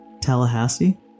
Tallahassee